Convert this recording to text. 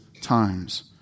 times